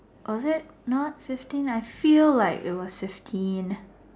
or was it not fifteen I feel like it was fifteen